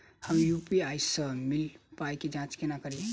हम यु.पी.आई सअ मिलल पाई केँ जाँच केना करबै?